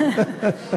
נכון,